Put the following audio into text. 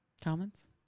Comments